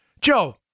Joe